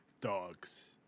Dogs